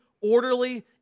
orderly